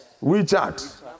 WeChat